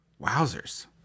Wowzers